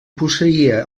posseïa